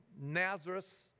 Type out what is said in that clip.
Nazareth